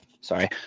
Sorry